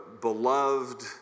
beloved